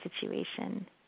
situation